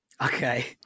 okay